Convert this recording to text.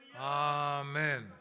Amen